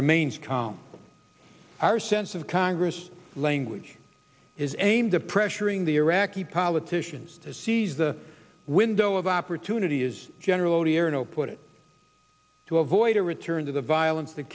remains calm our sense of congress language is aimed to pressuring the iraqi politicians to seize the window of opportunity is general odierno put it to avoid a return to the violence t